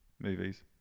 movies